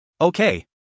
Okay